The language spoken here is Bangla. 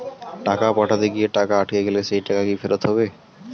টাকা পাঠাতে গিয়ে টাকা আটকে গেলে সেই টাকা কি ফেরত হবে?